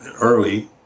early